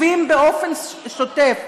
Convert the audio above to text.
טובין באופן שוטף,